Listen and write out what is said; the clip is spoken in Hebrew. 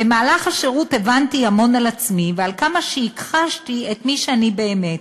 במהלך השירות הבנתי המון על עצמי ועל כמה שהכחשתי את מי שאני באמת,